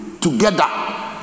together